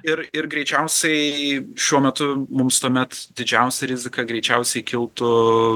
ir ir greičiausiai šiuo metu mums tuomet didžiausią riziką greičiausiai kiltų